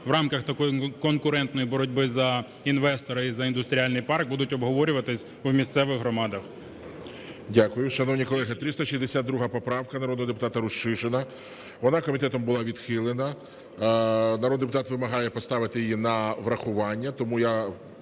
в рамках такої конкурентної боротьби за інвестора і за індустріальний парк будуть обговорюватися в місцевих громадах. ГОЛОВУЮЧИЙ. Дякую. Шановні колеги, 362 поправка народного депутата Рущишина, вона комітетом була відхилена. Народний депутат вимагає поставити її на врахування, тому я